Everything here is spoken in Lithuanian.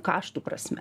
kaštų prasme